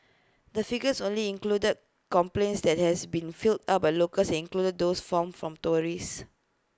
the figures only included complaints that has been filed up by locals and excludes those from from tourists